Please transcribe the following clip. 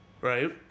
right